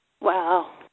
Wow